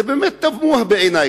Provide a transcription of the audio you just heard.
זה תמוה בעיני.